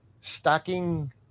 stacking